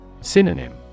Synonym